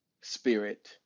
spirit